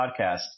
Podcast